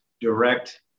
direct